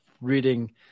reading